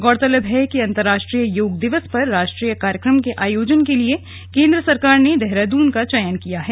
गौरतलब है कि अंतर्राष्ट्रीय योग दिवस पर राष्ट्रीय कार्यक्रम के आयोजन के लिए केंद्र सरकार ने देहरादून का चयन किया है